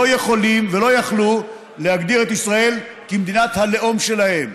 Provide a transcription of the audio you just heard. לא יכולים ולא יכלו להגדיר את ישראל כמדינת הלאום שלהם.